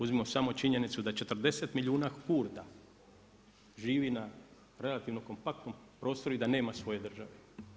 Uzmimo samo činjenicu da 40 milijuna Kurda živi na relativnom kompaktnom prostoru i da nema svoje države.